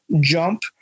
jump